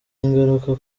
ingaruka